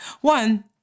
one